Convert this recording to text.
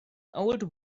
old